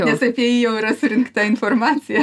nes apie jį jau yra surinkta informacija